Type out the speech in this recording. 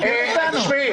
הכספים.